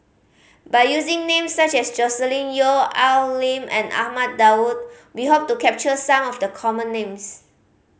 by using names such as Joscelin Yeo Al Lim and Ahmad Daud we hope to capture some of the common names